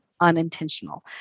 unintentional